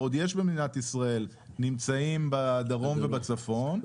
עוד יש במדינת ישראל נמצאים בדרום ובצפון,